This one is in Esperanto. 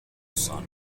sano